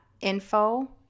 info